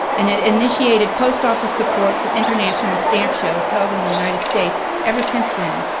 and it initiated post office support for international stamp shows held in the united states ever since then.